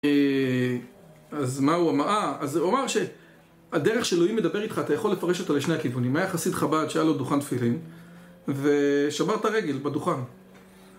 אה... אז מהו הוא אמר? אה, אז הוא אמר שהדרך שאלוהים מדבר איתך, אתה יכול לפרש אותה לשני הכיוונים. היה חסיד חב"ד שהיה לו דוכן תפילין ושבר את הרגל, בדוכן.